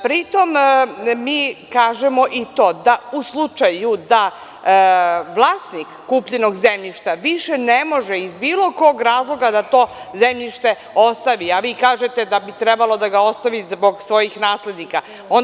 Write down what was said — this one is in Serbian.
Pri tom, mi kažemo i to da u slučaju da vlasnik kupljenog zemljišta više ne može iz bilo kog razloga da to zemljište ostavi, a vi kažete da bi trebalo da ga ostavi zbog svojih naslednika.